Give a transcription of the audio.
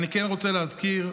אני כן רוצה להזכיר,